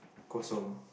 kosong